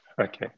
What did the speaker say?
Okay